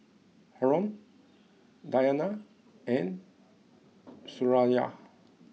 Haron Diyana and Suraya